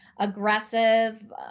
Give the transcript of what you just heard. aggressive